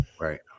Right